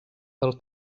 del